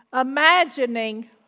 imagining